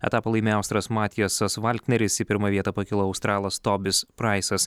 etapą laimėjo austras matijasas valkneris į pirmą vietą pakilo australas tobis praisas